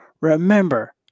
remember